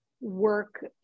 work